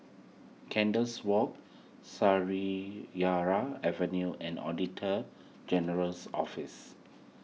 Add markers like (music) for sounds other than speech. Kandis Walk (unintelligible) Avenue and Auditor General's Office